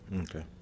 Okay